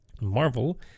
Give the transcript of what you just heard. Marvel